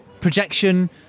Projection